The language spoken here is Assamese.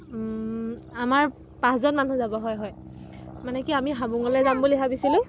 আমাৰ পাঁচজন মানুহ যাব হয় হয় মানে কি আমি হাবঙলৈ যাম বুলি ভাবিছিলোঁ